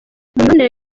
mibanire